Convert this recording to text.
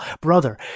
Brother